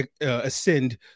ascend